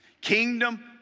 Kingdom